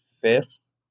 fifth